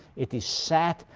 it is set,